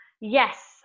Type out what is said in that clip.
Yes